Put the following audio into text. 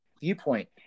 viewpoint